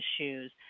issues